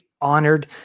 honored